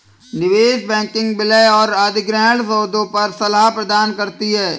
निवेश बैंकिंग विलय और अधिग्रहण सौदों पर सलाह प्रदान करती है